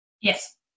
Yes